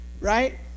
right